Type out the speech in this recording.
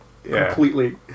Completely